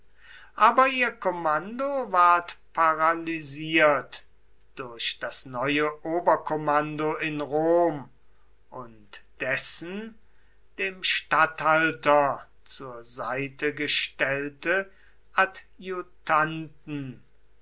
aber ihr kommando ward paralysiert durch das neue oberkommando in rom und dessen dem statthalter zur seite gestellte